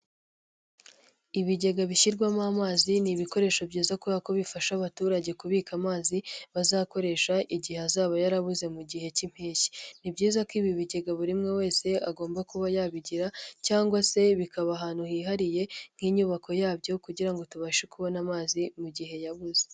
Ibigega bishyirwamo amazi, ni ibikoresho byiza kubera ko bifasha abaturage kubika amazi bazakoresha igihe azaba yarabuze mu gihe cy'impeshyi. Ni byiza ko ibi bigega buri umwe wese agomba kuba yabigira cyangwa se bikaba ahantu hihariye nk'inyubako yabyo kugira ngo tubashe kubona amazi mu gihe yabuze.